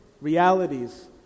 realities